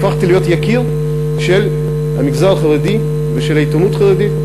הפכתי להיות יקיר המגזר החרדי והעיתונות החרדית.